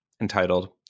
entitled